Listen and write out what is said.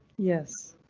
yes.